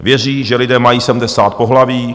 Věří, že lidé mají sedmdesát pohlaví.